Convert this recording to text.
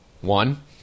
One